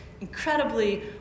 incredibly